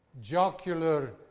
jocular